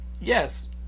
Yes